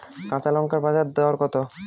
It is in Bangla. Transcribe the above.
কাঁচা লঙ্কার বাজার দর কত?